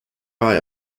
eye